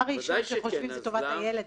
הדבר הראשון שחושבים עליו זה טובת הילד.